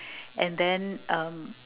and then uh